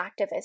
activist